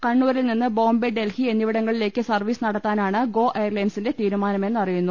കണ്ണൂരിൽ നിന്ന് ബോംബെ ഡൽഹി എന്നിവിടങ്ങളിലേക്ക് സർവീസ് നടത്താ നാണ് ഗോ എയർലൈൻസിന്റെ തീരുമാനമെന്ന് അറിയുന്നു